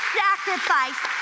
sacrifice